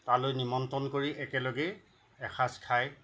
তালৈ নিমন্ত্ৰণ কৰি একেলগে এসাজ খাই